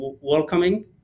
welcoming